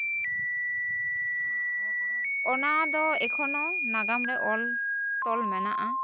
ᱚᱱᱟᱫᱚ ᱮᱠᱷᱚᱱᱳ ᱱᱟᱜᱟᱢᱨᱮ ᱚᱞ ᱛᱚᱞ ᱢᱮᱱᱟᱜᱼᱟ